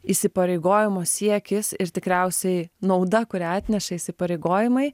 įsipareigojimo siekis ir tikriausiai nauda kurią atneša įsipareigojimai